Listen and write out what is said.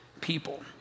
people